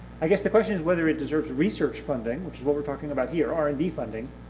i guess the question is whether it deserves research funding, which is what we're talking about here, r and d funding,